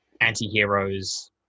anti-heroes